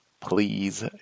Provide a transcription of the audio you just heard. please